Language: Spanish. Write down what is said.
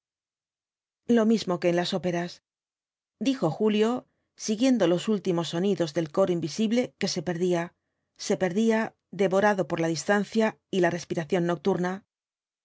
lo mismo que en las óperas dijo julio siguiendo los últimos sonidos del coro invisible que se perdía se los cuatro jinbtbs dml apocalipsis perdía devorado por la distancia y la respiración nocturna